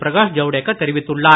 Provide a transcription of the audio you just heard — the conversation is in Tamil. பிரகாஷ் ஜவுடேகர் தெரிவித்துள்ளார்